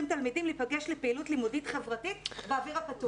תלמידים להיפגש לפעילות לימודית-חברתית באוויר הפתוח.